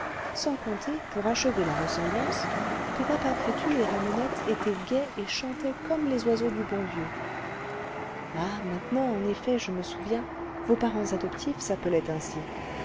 sans compter pour achever la ressemblance que papa crétu et ramonette étaient gais et chantaient comme les oiseaux du bon dieu ah maintenant en effet je me souviens vos parents adoptifs s'appelaient ainsi